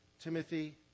Timothy